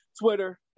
Twitter